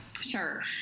Sure